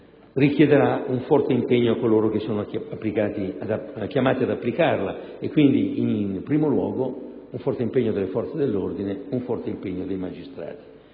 sicurezza richiederà un forte impegno a coloro che sono chiamati ad applicarla e quindi, in primo luogo, un forte impegno delle forze dell'ordine, un forte impegno dei magistrati;